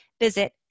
visit